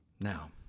Now